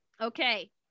okay